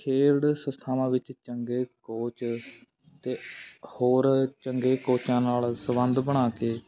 ਖੇਡ ਸੰਸਥਾਵਾਂ ਵਿੱਚ ਚੰਗੇ ਕੋਚ ਅਤੇ ਹੋਰ ਚੰਗੇ ਕੋਚਾਂ ਨਾਲ ਸੰਬੰਧ ਬਣਾ ਕੇ